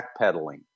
backpedaling